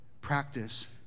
practice